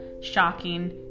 shocking